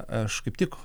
aš kaip tik